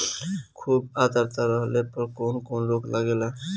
खुब आद्रता रहले पर कौन कौन रोग लागेला?